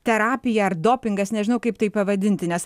terapija ar dopingas nežinau kaip tai pavadinti nes